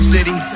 City